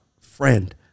friend